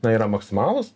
na yra maksimalūs